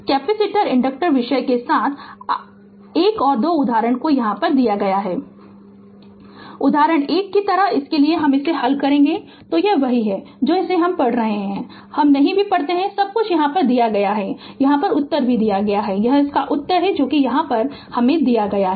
तो इस capacitor inductors विषय के साथ 1 और 2 का उदाहरण यहां दिया गया है Refer Slide Time 3302 उदाहरण 1 की तरह इसके लिए इसे हल करेंगे तो यह वही है जो इसे पढ़ रहे है और हम नहीं भी पढ़ते है सब कुछ यहां दिया गया है और उत्तर भी उत्तर दिया गया है यह उत्तर है यह उत्तर यहाँ दिया गया है